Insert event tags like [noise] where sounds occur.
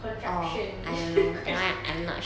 contraption [laughs] contr~